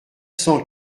cent